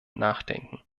nachdenken